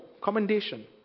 Commendation